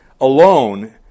alone